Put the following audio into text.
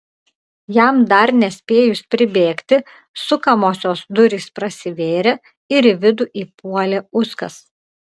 jam dar nespėjus pribėgti sukamosios durys prasivėrė ir į vidų įpuolė uskas